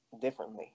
differently